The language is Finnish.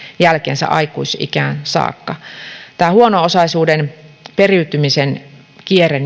jälkensä aikuisikään saakka huono osaisuuden periytymisen kierre